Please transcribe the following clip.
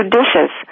dishes